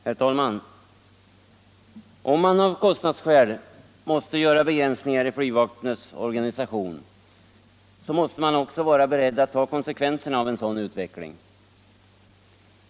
Herr talman! Om man av kostnadsskäl måste göra begränsningar i flygvapnets organisation, så måste man också vara beredd att ta konsekvenserna av en sådan utveckling.